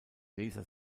leser